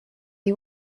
you